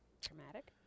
Traumatic